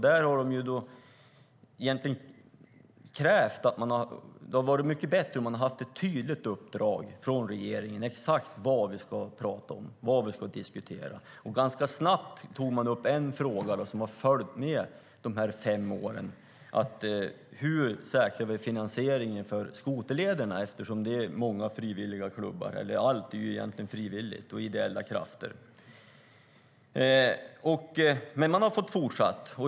De har sagt att det hade varit mycket bättre om det hade varit ett tydligt uppdrag från regeringen med exakt vad som ska diskuteras. Ganska snabbt tog man upp en fråga som har följt med under de här fem åren, och det är hur vi ska säkra finansieringen för skoterlederna, eftersom allt bygger på frivillighet och ideella krafter. Men man har ändå fått fortsätta.